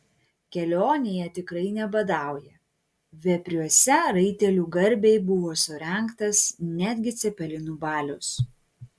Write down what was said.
kelionėje tikrai nebadauja vepriuose raitelių garbei buvo surengtas netgi cepelinų balius